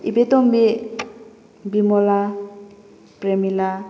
ꯏꯕꯦꯇꯣꯝꯕꯤ ꯕꯤꯃꯣꯂꯥ ꯄꯔꯦꯃꯤꯂꯥ